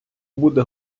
буде